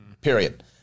period